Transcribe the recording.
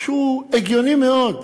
שהוא הגיוני מאוד: